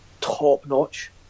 top-notch